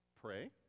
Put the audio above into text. pray